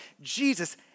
Jesus